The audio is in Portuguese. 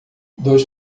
dois